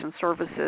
services